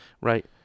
Right